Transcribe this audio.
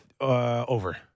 Over